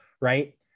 right